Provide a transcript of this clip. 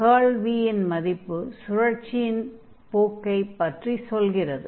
curl v இன் மதிப்பு சுழற்சியைப் பற்றி சொல்கிறது